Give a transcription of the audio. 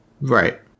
Right